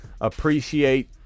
Appreciate